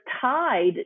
tied